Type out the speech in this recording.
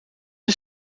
een